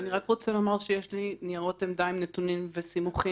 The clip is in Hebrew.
אני רק רוצה לומר שיש לי ניירות עמדה עם נתונים וסימוכין.